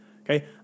Okay